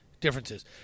differences